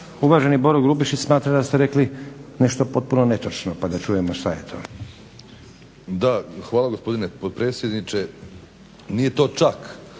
uvaženi Boro Grubišić smatra da ste rekli nešto potpuno netočno pa da čujemo što je to. **Grubišić, Boro (HDSSB)** Hvala, gospodine potpredsjedniče. Nije to čak